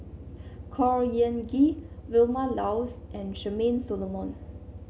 Khor Ean Ghee Vilma Laus and Charmaine Solomon